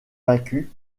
vaincu